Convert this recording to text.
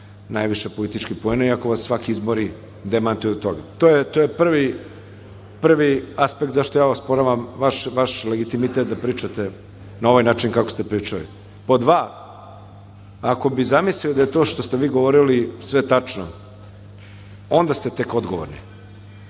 najviše političkih poena iako vas svaki izbori demantuju u tome. To je prvi aspekt zašto osporavam vaš legitimitet da pričate na ovaj način kako ste pričali. Pod dva, ako bi zamislio da ste to što ste vi govorili sve tačno, onda ste tek odgovorni